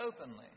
openly